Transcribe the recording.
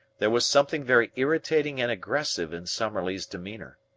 there was something very irritating and aggressive in summerlee's demeanour.